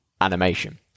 animation